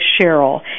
Cheryl